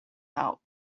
help